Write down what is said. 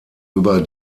über